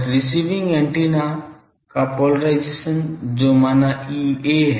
और receiving antenna का polarisation जो माना Ea है